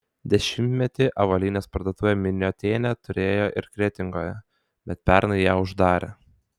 dešimtmetį avalynės parduotuvę miniotienė turėjo ir kretingoje bet pernai ją uždarė